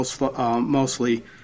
mostly